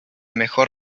mejor